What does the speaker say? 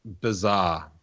bizarre